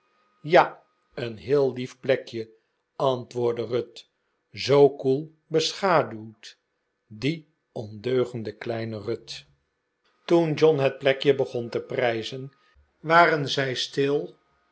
ja een heel lief plekje antwoordde ruth zoo koel beschaduwd die ondeugende kleine ruth toen john het plekje begon te prijzen waren zij stil